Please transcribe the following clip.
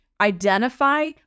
identify